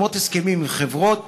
חותמות הסכם עם חברות